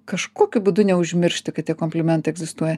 kažkokiu būdu neužmiršti kad tie komplimentai egzistuoja